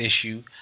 issue